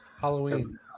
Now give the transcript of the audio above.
Halloween